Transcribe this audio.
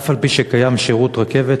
אף-על-פי שקיים שירות רכבת,